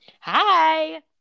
Hi